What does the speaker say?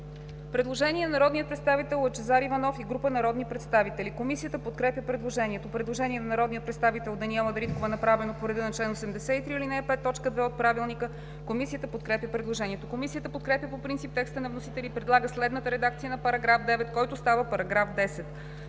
Предложение на народния представител Лъчезар Иванов и група народни представители. Комисията подкрепя по принцип предложението. Предложение на народния представител Даниела Дариткова, направено по реда на чл. 83, ал. 5, т. 2 от Правилника. Комисията подкрепя предложението. Комисията подкрепя по принцип текста на вносителя и предлага следната редакция на § 8, който става § 9: „§ 9.